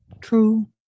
True